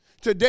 Today